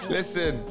Listen